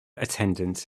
attendant